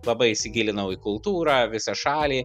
labai įsigilinau į kultūrą visą šalį